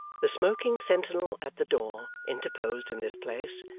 the smoking sentinel at the door interposed in this place,